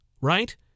right